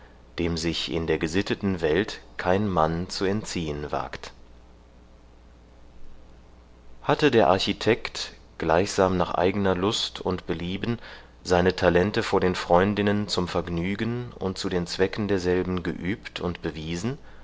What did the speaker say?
dem sich in der gesitteten welt kein mann zu entziehen wagt hatte der architekt gleichsam nach eigener lust und belieben seine talente vor den freundinnen zum vergnügen und zu den zwecken derselben geübt und bewiesen